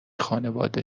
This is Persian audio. خانواده